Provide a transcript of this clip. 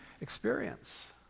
experience